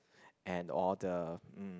and all the um